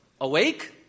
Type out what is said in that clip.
awake